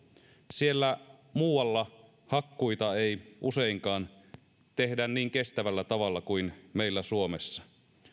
siellä muualla hakkuita ei useinkaan tehdä niin kestävällä tavalla kuin meillä suomessa